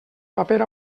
paper